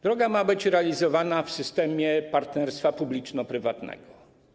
Droga ma być realizowana w systemie partnerstwa publiczno-prywatnego.